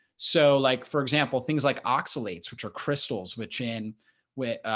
so like, for example, things like oxalates, which are crystals which in which,